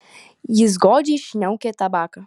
jis godžiai šniaukia tabaką